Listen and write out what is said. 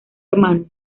hermanos